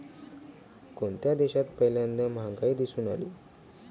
कोणत्या देशात पहिल्यांदा महागाई दिसून आली?